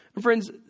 Friends